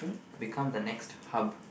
become the next hub